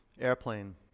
airplane